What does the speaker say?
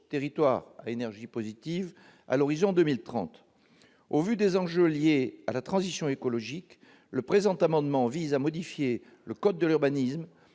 territoires à énergie positive, à horizon de 2030. Au vu des enjeux liés à la transition écologique, le présent amendement vise à modifier le code de l'urbanisme